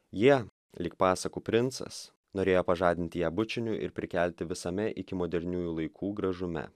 jie lyg pasakų princas norėjo pažadinti ją bučiniu ir prikelti visame iki moderniųjų laikų gražume